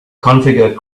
configure